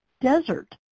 desert